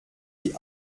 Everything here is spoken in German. die